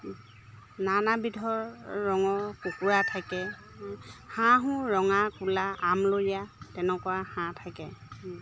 নানাবিধৰ ৰঙৰ কুকুৰা থাকে হাঁহো ৰঙা ক'লা আমলৰীয়া তেনেকুৱা হাঁহ থাকে